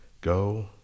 Go